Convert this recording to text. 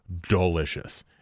delicious